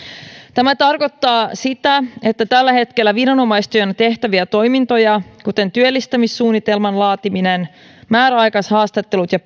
tämä tarkoittaa sitä että tällä hetkellä viranomaistyönä tehtäviä toimintoja kuten työllistämissuunnitelman laatiminen määräaikaishaastattelut ja